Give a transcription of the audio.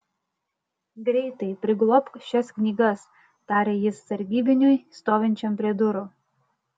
greitai priglobk šias knygas tarė jis sargybiniui stovinčiam prie durų